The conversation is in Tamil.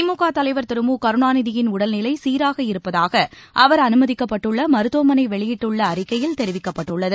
திமுக தலைவர் திரு மு கருணாநிதியின் உடல்நிலை சீராக இருப்பதாக அவர் அனுமதிக்கப்பட்டுள்ள மருத்துவமனை வெளியிட்டுள்ள அறிக்கையில் தெரிவிக்கப்பட்டுள்ளது